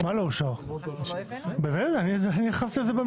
מי בעד הקדמת הדיון ירים את ידו.